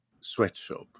sweatshop